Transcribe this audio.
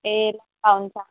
ए ल हुन्छ